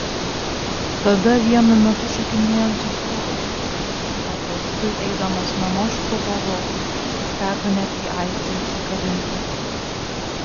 tada vienu metu šokinėjant suskaudo o paskui eidamas namo šlubavau teko net į aistę įsikabinti